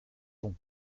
jonc